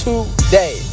Today